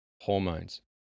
hormones